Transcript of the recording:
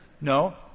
No